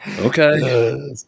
okay